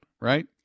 right